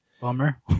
Bummer